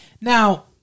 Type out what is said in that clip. now